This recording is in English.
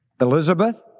Elizabeth